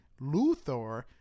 Luthor